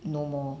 no more